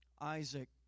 Isaac